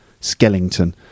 Skellington